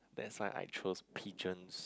that's why I choose pigeons